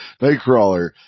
Nightcrawler